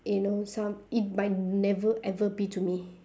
you know some it might never ever be to me